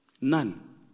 None